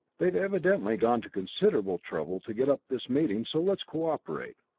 they've evidently gone to considerable trouble to get up this meeting, so let's cooperate.